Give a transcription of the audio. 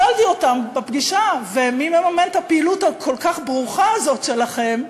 שאלתי אותם בפגישה: מי מממן את הפעילות הכל-כך ברוכה הזאת שלכם?